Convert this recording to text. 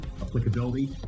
applicability